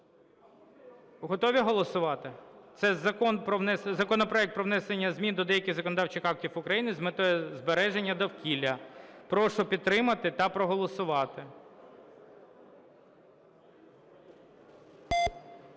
Готові голосувати? Це законопроект про внесення змін до деяких законодавчих актів України з метою збереження довкілля. Прошу підтримати та проголосувати.